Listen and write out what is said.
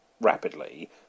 rapidly